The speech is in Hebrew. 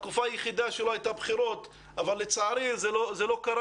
התקופה היחידה שלא היו בחירות, לצערי זה לא קרה.